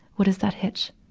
what is that hitch,